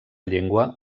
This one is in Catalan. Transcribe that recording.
llengua